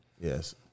Yes